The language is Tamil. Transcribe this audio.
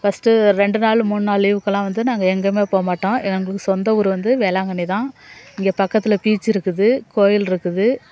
ஃபர்ஸ்ட்டு ரெண்டு நாள் மூண் நாள் லீவுக்கெல்லாம் வந்து நாங்கள் எங்கேயுமே போகமாட்டோம் எங்களுக்கு சொந்த ஊர் வந்து வேளாங்கண்ணி தான் இங்கே பக்கத்தில் பீச் இருக்குது கோயில் இருக்குது